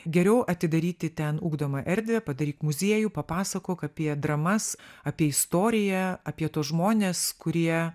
geriau atidaryti ten ugdomą erdvę padaryk muziejų papasakok apie dramas apie istoriją apie tuos žmones kurie